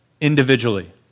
individually